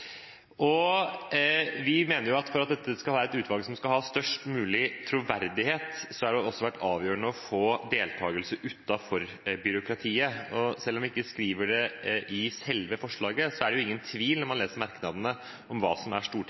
Vi mener at for at dette skal være et utvalg som skal ha størst mulig troverdighet, er det også avgjørende å få deltakelse utenfor byråkratiet, og selv om vi ikke skriver det i selve forslaget, er det ingen tvil når man leser merknadene om hva som er